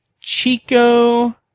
Chico